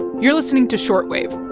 you're listening to short wave